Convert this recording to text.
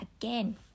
Again